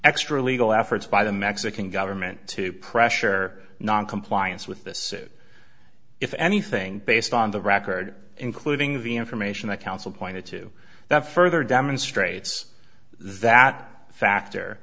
extra legal efforts by the mexican government to pressure noncompliance with this if anything based on the record including the information that counsel pointed to that further demonstrates that factor